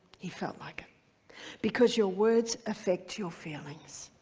he felt like it because your words effect your feelings.